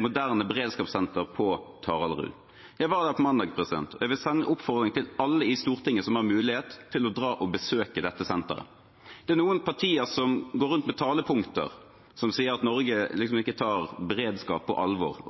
moderne beredskapssenter på Taraldrud. Jeg var der på mandag, og jeg vil sende en oppfordring til alle i Stortinget som har mulighet, til å dra og besøke dette senteret. Det er noen partier som går rundt med talepunkter som sier at Norge ikke tar beredskap på alvor